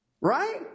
Right